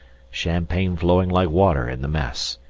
champagne flowing like water in the mess.